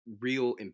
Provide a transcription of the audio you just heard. real